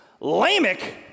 Lamech